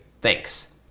Thanks